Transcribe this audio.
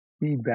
feedback